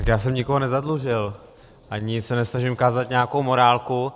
Já jsem nikoho nezadlužil ani se nesnažím kázat nějakou morálku.